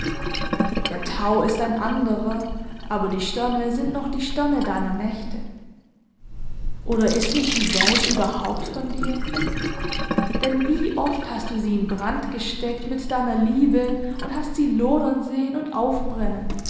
der tau ist ein anderer aber die sterne sind noch die sterne deiner nächte oder ist nicht die welt überhaupt von dir denn wie oft hast du sie in brand gesteckt mit deiner liebe und hast sie lodern sehen und aufbrennen